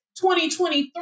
2023